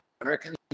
Americans